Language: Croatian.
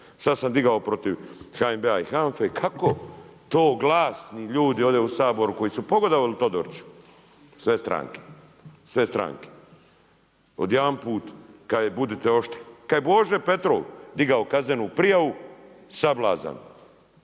Sada sam digao protiv HNB-a i HANFA-e i kako to glasni ljudi ovdje u Saboru koji su pogodovali Todoriću, sve stranke, odjedanput kaže budite oštri. Kada je Bože Petrov digao kaznenu prijavu, sablazan.